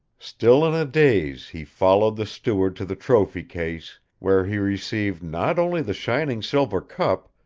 still in a daze, he followed the steward to the trophy case, where he received not only the shining silver cup,